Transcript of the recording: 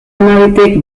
hamabitik